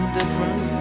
different